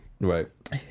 Right